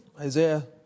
Isaiah